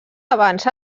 abans